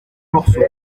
morceau